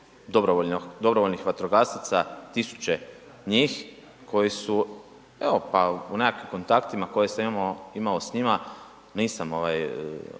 dobrovoljnih vatrogasaca 1.000 njih koji su evo pa u nekakvim kontaktima koje sam ja imamo s njima nisam ovaj